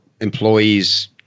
employees